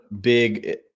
big –